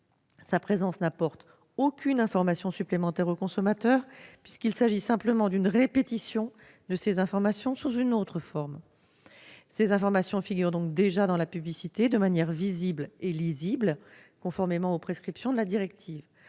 sa présence n'apporte aucune information supplémentaire aux consommateurs : il s'agit simplement d'une répétition, sous une autre forme, d'informations figurant déjà dans la publicité, de manière visible et lisible, conformément aux prescriptions de la directive.